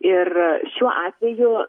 ir šiuo atveju